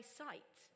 sight